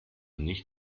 nicht